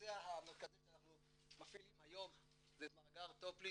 הנושא המרכזי שאנחנו מפעילים היום זה את מאגר "טופליסט",